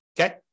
okay